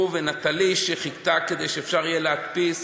הוא, ונטלי שחיכתה כדי שאפשר יהיה להדפיס.